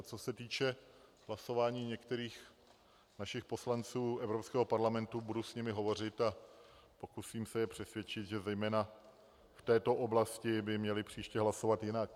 Co se týče hlasování některých našich poslanců Evropského parlamentu, budu s nimi hovořit a pokusím se je přesvědčit, že zejména v této oblasti by měli příště hlasovat jinak.